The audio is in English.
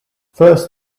first